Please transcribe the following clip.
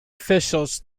officials